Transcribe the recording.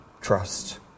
trust